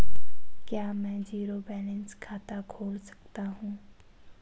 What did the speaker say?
क्या मैं zero balance खाता खोल सकता हूँ?